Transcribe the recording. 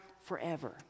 forever